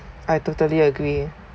I totally agree